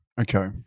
Okay